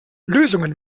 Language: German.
lösungen